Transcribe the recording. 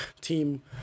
team